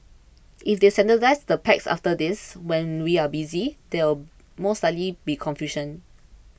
if they standardise the packs after this when we are busy there will most likely be confusion